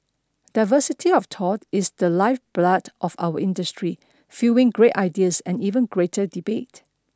diversity of thought is the lifeblood of our industry fueling great ideas and even greater debate